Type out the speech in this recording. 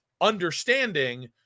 understanding